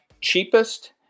cheapest